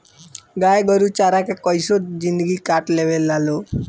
गाय गोरु चारा के कइसो जिन्दगी काट लेवे ला लोग